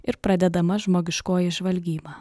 ir pradedama žmogiškoji žvalgyba